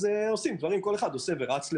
אז כל אחד רץ לבד.